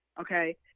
Okay